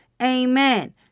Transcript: Amen